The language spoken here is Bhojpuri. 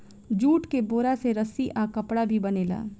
जूट के बोरा से रस्सी आ कपड़ा भी बनेला